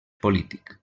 polític